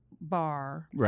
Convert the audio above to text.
bar